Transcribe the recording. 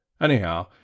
Anyhow